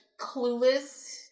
clueless